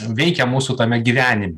veikia mūsų tame gyvenime